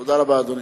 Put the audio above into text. תודה רבה, אדוני.